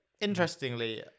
Interestingly